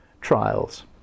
trials